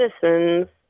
citizens